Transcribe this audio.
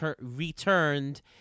returned